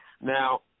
Now